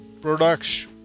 products